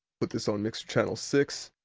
but this on mixer channel six.